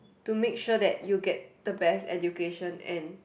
to make sure that you get the best education and